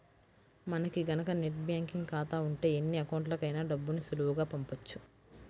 మనకి గనక net banking ఖాతా ఉంటే ఎన్ని అకౌంట్లకైనా డబ్బుని సులువుగా పంపొచ్చు